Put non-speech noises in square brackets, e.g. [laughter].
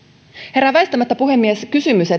herää väistämättä puhemies kysymys [unintelligible]